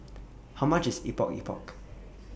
How much IS Epok Epok